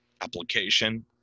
application